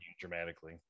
dramatically